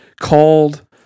called